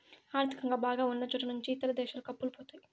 ఆర్థికంగా బాగా ఉన్నచోట నుంచి ఇతర దేశాలకు అప్పులు పోతాయి